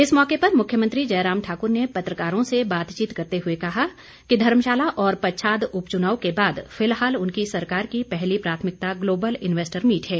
इस मौके पर मुख्यमंत्री जयराम ठाकुर ने पत्रकारों से बातचीत करते हुए कहा कि धर्मशाला और पच्छाद उपचुनाव के बाद फिलहाल उनकी सरकार की पहली प्राथमिकता ग्लोबल इन्वेस्टर मीट है